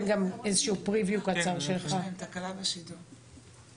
ולהציג בפניכם את הנושא החשוב והתשתיתי